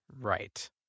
Right